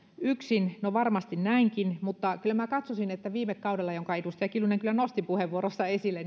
yksin no varmasti näinkin mutta kyllä katsoisin että viime kaudella tehty asumistuen muutos jonka edustaja kiljunen kyllä nosti puheenvuorossaan esille